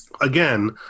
Again